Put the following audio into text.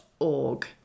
org